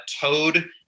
Toad